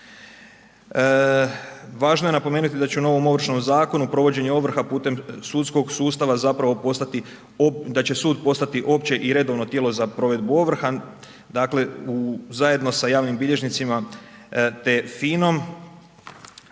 Važno je napomenuti da će u novom Ovršnom zakonu provođenje ovrha putem sudskog sustava zapravo postati, da će sud postati opće i redovno tijelo za provedbu ovrha, dakle u, zajedno sa javnim bilježnicima te FINOM.